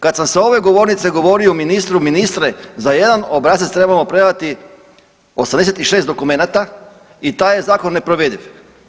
Kad sam s ove govornice govorio ministru, ministre za jedan obrazac trebamo predati 86 dokumenata i taj je zakon neprovediv.